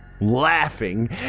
Laughing